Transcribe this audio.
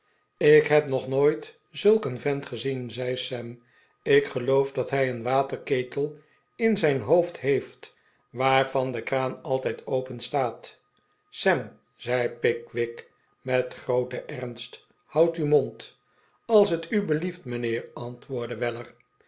ik heb nog nooit zulk een vent gezien zei sam ik geloof dat hij een waterketel in zijn hoofd he eft waarvan de kraan altijd openstaat sam zei pickwick met grooten ernst houd uw mond als t u belieft mijnheer antwoordde weller